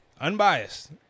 unbiased